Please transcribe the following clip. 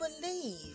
believe